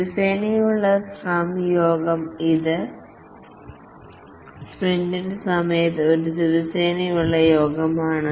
ദിവസേനയുള്ള scrum യോഗം ഇത് sprint സമയത്ത് ഒരു ദിവസേനയുള്ള യോഗമാണ്